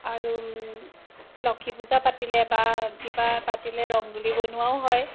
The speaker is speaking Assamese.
আৰু লক্ষী পূজা পাতিলে বা কিবা পাতিলে ৰংগোলী বনোৱাও হয়